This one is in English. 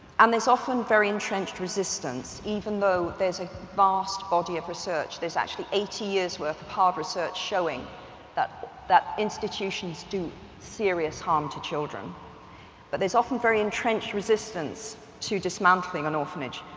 and there's often very entrenched resistance even though there's a vast body of research, there's actually eighty years worth of hard research showing that that institutions do serious harm to children but there's often very entrenched resistance to dismantling an orphanage.